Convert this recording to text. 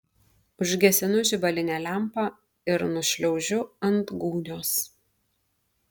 užgesinu žibalinę lempą ir nušliaužiu ant gūnios